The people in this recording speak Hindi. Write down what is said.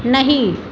नहीं